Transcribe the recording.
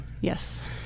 Yes